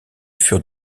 furent